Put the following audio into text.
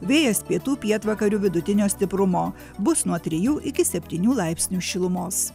vėjas pietų pietvakarių vidutinio stiprumo bus nuo trijų iki septynių laipsnių šilumos